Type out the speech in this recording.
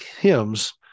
hymns